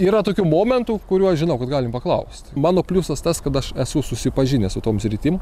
yra tokių momentų kuriuos žinau kad galim paklaust mano pliusas tas kad aš esu susipažinęs su tom sritim